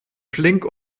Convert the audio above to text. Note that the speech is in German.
flink